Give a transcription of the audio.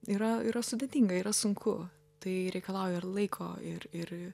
yra yra sudėtinga yra sunku tai reikalauja ir laiko ir ir